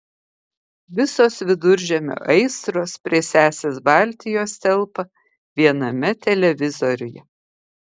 visos viduržemio aistros prie sesės baltijos telpa viename televizoriuje